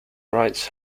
rights